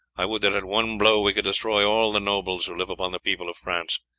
i would that at one blow we could destroy all the nobles, who live upon the people of france.